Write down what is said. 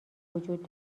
وجود